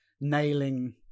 nailing